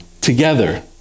together